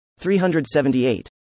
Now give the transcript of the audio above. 378